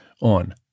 on